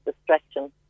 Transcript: distraction